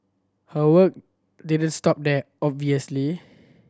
her work did stop there obviously